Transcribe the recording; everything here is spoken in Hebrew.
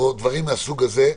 דברים מהסוג הזה.